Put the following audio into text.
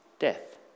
death